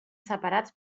separats